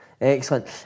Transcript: Excellent